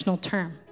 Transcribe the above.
term